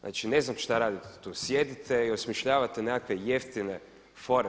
Znači ne znam što radite tu, sjedite i osmišljavate nekakve jeftine fore.